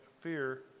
fear